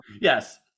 Yes